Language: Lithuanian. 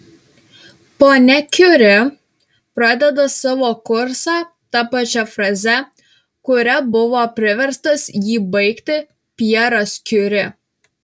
ponia kiuri pradeda savo kursą ta pačia fraze kuria buvo priverstas jį baigti pjeras kiuri